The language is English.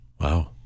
Wow